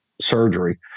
surgery